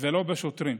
ולא בשוטרים.